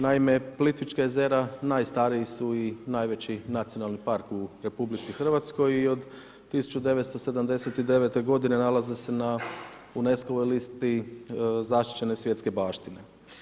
Naime, Plitvička jezera najstariji su i najveći nacionalni park u RH i od 1979. godine nalaze se na UNESCO-voj listi zaštićene svjetske baštine.